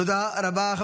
תודה רבה.